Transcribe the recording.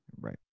Right